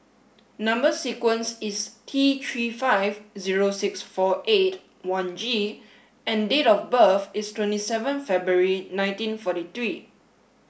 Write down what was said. number sequence is T three five zero six four eight one G and date of birth is twenty seven February nineteen forty three